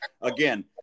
Again